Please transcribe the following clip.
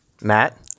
matt